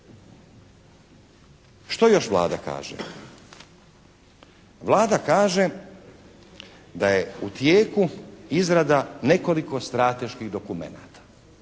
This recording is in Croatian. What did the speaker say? Što još Vlada kaže? Vlada kaže da je u tijeku izrada nekoliko strateških dokumenata.